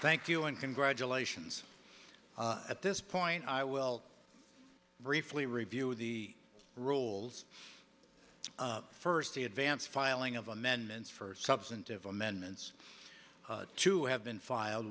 thank you and congratulations at this point i will briefly review the rules first the advance filing of amendments for substantive amendments to have been filed